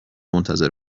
منتظر